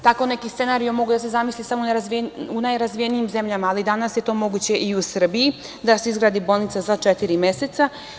Takav neki scenario je mogao da se zamisli samo u najrazvijenijim zemljama, ali danas je to moguće i u Srbiji, da se izgradi bolnica za četiri meseca.